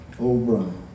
O'Brien